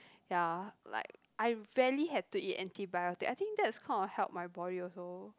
ya like I rarely had to eat antibiotic I think that is kind of help my body also